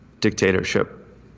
dictatorship